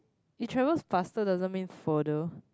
it travels faster doesn't mean further